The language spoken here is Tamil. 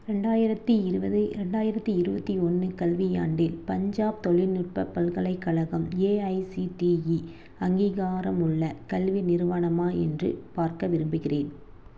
ரெண்டாயிரத்தி இருபது ரெண்டாயிரத்தி இருபத்தி ஒன்று கல்வியாண்டில் பஞ்சாப் தொழில்நுட்ப பல்கலைக்கழகம் ஏஐசிடிஇ அங்கீகாரமுள்ள கல்வி நிறுவனமா என்று பார்க்க விரும்புகிறேன்